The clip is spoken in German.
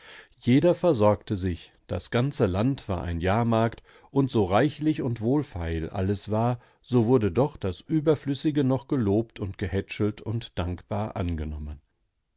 jeder versorgte sich das ganze land war ein jahrmarkt und so reichlich und wohlfeil alles war so wurde doch das überflüssige noch gelobt und gehätschelt und dankbar angenommen